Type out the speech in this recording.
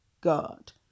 God